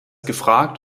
gefragt